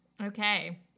Okay